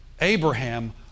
Abraham